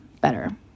better